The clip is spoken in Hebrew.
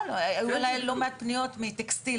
היו לא מעט פניות מטקסטיל,